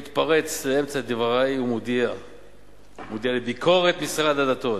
מתפרץ לאמצע דברי ומודיע לי 'ביקורת משרד הדתות.'"